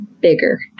bigger